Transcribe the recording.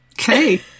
Okay